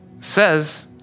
says